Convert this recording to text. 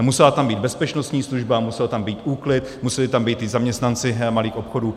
Musela tam být bezpečnostní služba, musel tam být úklid, museli tam být i zaměstnanci malých obchodů.